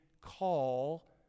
call